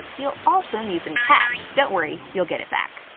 you'll also need some cash don't worry, you'll get it back.